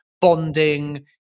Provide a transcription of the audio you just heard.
bonding